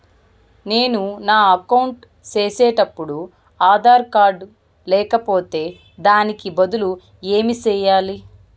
నేను నా అకౌంట్ సేసేటప్పుడు ఆధార్ కార్డు లేకపోతే దానికి బదులు ఏమి సెయ్యాలి?